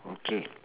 okay